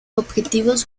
objetivos